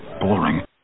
boring